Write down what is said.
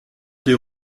des